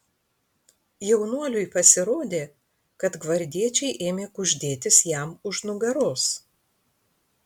jaunuoliui pasirodė kad gvardiečiai ėmė kuždėtis jam už nugaros